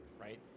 right